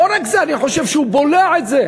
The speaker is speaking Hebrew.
לא רק זה, אני חושב שהוא בולע את זה.